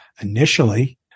initially